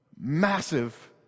massive